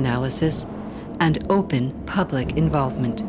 analysis and open public involvement